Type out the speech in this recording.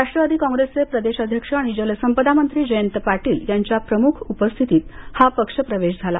राष्ट्रवादी काँग्रेसचे प्रदेश अध्यक्ष आणि जलसंपदामंत्री जयंत पाटील यांच्या प्रमुख उपस्थितीत हा पक्षप्रवेश झाला